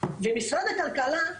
ואנחנו במשרד הכלכלה,